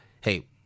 hey